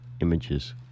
images